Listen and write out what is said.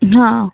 हा